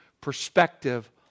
perspective